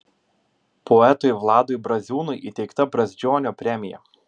poetui vladui braziūnui įteikta brazdžionio premija